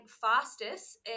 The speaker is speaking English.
fastest